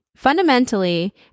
Fundamentally